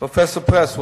פרופסור פרס.